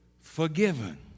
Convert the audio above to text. forgiven